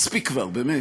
מספיק כבר, באמת.